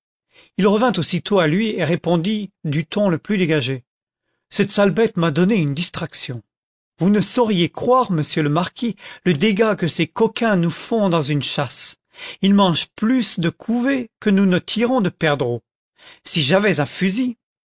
il revint aussitôt à lui et répondit du ton le plus dégagé cette sale bête m'a donné une distraction vous ne sauriez croire monsieur le marquis le dégât que ces coquins nous font dans une chasse ils mangent plus de couvées que nous ne tirons de perdreaux si j'avais un fusil